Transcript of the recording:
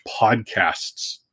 podcasts